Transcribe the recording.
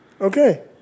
Okay